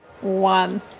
One